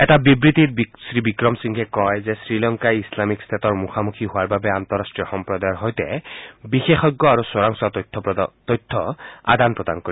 এটা বিবৃতিত শ্ৰীবিক্ৰমসিংঘেই কয় যে শ্ৰীলংকাই ইছলামিক টেটৰ মুখামুখি কৰাৰ বাবে আন্তঃৰাষ্টীয় সমূদায়ৰ সৈতে বিশেষজ্ঞ আৰু চোৰাংচোৱাৰ তথ্য আদান প্ৰদান কৰিব